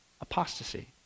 Apostasy